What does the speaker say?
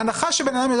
ההנחה שבן אדם יודע